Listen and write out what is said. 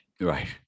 Right